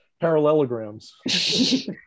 parallelograms